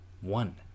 One